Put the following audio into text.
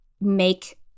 make